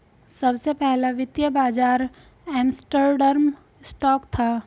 सबसे पहला वित्तीय बाज़ार एम्स्टर्डम स्टॉक था